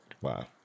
Wow